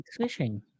fishing